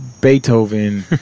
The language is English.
beethoven